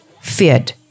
feared